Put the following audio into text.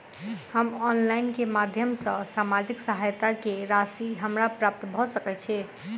हम ऑनलाइन केँ माध्यम सँ सामाजिक सहायता केँ राशि हमरा प्राप्त भऽ सकै छै?